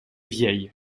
vieille